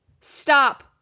stop